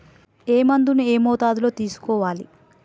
ఏ మందును ఏ మోతాదులో తీసుకోవాలి?